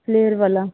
flare ਵਾਲਾ